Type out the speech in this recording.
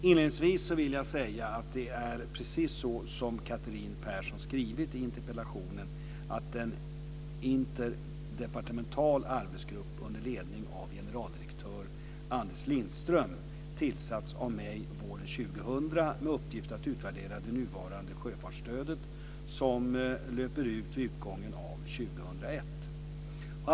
Inledningsvis vill jag säga att det är precis så som Catherine Persson skrivit i interpellationen att en interdepartemental arbetsgrupp, under ledning av generaldirektör Anders Lindström, tillsattes av mig våren 2000 med uppgiften att utvärdera det nuvarande sjöfartsstödet, som löper ut vid utgången av 2001.